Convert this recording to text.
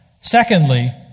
Secondly